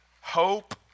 hope